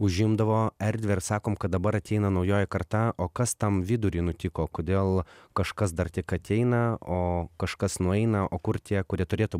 užimdavo erdvę ir sakom kad dabar ateina naujoji karta o kas tam viduriui nutiko kodėl kažkas dar tik ateina o kažkas nueina o kur tie kurie turėtų bū